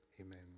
amen